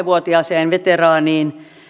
vuotiaaseen veteraaniin